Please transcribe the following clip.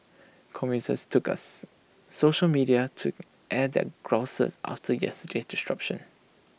commuters took us social media to air their grouses after yesterday's disruption